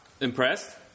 impressed